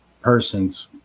persons